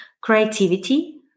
creativity